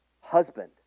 husband